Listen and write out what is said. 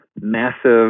massive